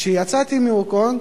כשיצאתי מהונג-קונג,